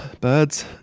birds